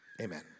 amen